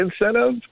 incentive